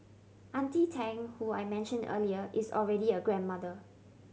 Auntie Tang who I mentioned earlier is already a grandmother